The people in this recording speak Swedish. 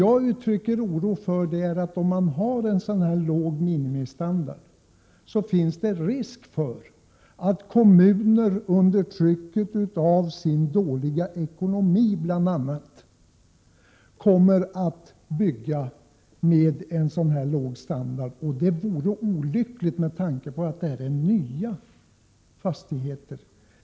Jag är orolig för att det vid en sådan här låg minimistandard föreligger en risk för att kommuner, bl.a. på grund av sin dåliga ekonomi, kommer att bygga med lägsta möjliga standard. Det vore olyckligt, eftersom det här är fråga om nya fastigheter.